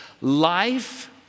life